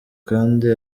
kandi